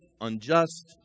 unjust